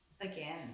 Again